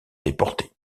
déportés